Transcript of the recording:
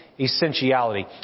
essentiality